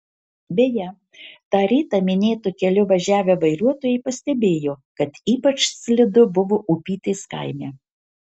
beje tą rytą minėtu keliu važiavę vairuotojai pastebėjo kad ypač slidu buvo upytės kaime